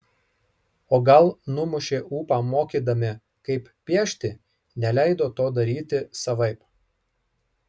o gal numušė ūpą mokydami kaip piešti neleido to daryti savaip